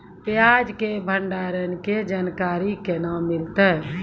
प्याज के भंडारण के जानकारी केना मिलतै?